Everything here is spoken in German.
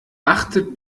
achtet